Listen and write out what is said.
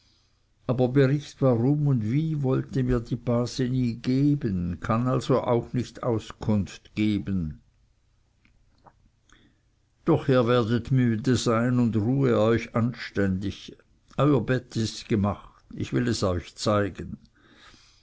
aber bericht warum und wie wollte mir die base nie geben kann also auch nicht auskunft geben doch ihr werdet müde sein und ruhe euch anständig euer bett ist gemacht ich will es euch zeigen